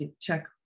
check